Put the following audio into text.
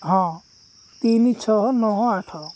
ହଁ ତିନି ଛଅ ନଅ ଆଠ